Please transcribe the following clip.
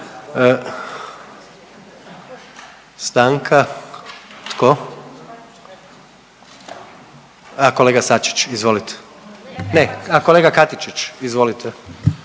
tko, a kolega Sačić izvolite, ne a kolega Katičić, izvolite.